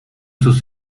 sus